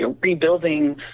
rebuilding